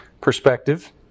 perspective